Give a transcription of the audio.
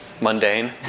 mundane